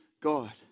God